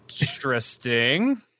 Interesting